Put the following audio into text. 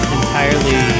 entirely